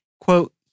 quote